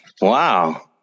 wow